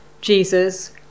Jesus